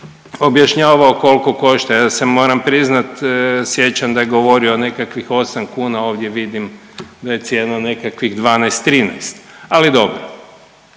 objašnjavao kolko košta, ja se moram priznat sjećam da je govorio o nekakvih 8 kuna, ovdje vidim da je cijena nekakvih 12-13, ali dobro.